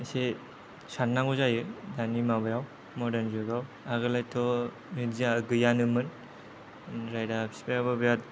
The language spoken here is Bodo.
एसे साननांगौ जायो दानि माबायाव मर्डान जुगाव आगोलहायथ' बिदिया गैयानोमोन आमफ्रायदा फिपायाबो बेराद